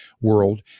world